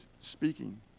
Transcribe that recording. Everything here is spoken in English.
speaking